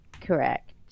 Correct